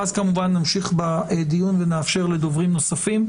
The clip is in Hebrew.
ואז כמובן נמשיך בדיון ונאפשר לדוברים נוספים.